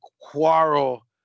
Quarrel